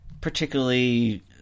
particularly